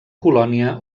colònia